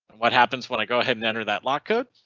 what happens when i go ahead and enter that lock code?